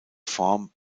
form